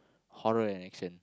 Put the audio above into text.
horror and action